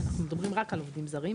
אנחנו מדברים רק על עובדים זרים,